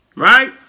Right